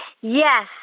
Yes